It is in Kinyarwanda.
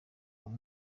uwo